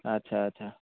ଆଚ୍ଛା ଆଚ୍ଛା